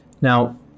Now